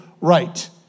right